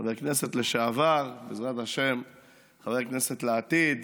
חבר הכנסת לשעבר, בעזרת השם חבר הכנסת לעתיד,